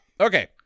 Okay